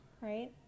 right